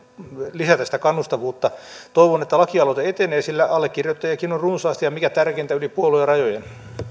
lisätä sitä kannustavuutta toivon että lakialoite etenee sillä allekirjoittajiakin on runsaasti ja mikä tärkeintä yli puoluerajojen